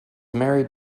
married